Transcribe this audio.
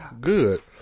Good